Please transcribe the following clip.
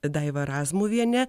daiva razmuvienė